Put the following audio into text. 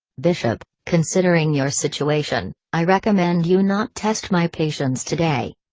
bishop, considering your situation, i recommend you not test my patience today.